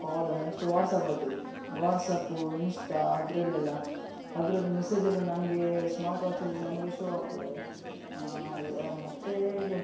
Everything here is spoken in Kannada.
ಕಾಲ್ ನೆಕ್ಸ್ಟ್ ವಾಟ್ಸಾಪ್ ಅದ್ದು ವಾಟ್ಸಪ್ಪು ಇನ್ಸ್ಟಾ ಅದರಲ್ಲೆಲ್ಲ ಅದರದ್ದು ಮೆಸೇಜ್ ಎಲ್ಲ ನಮಗೆ ಸ್ಮಾರ್ಟ್ ವಾಚಲ್ಲಿ ನಮಗೆ ಶೋ ಆಗ್ತದೆ ಮತ್ತೆ ಇದು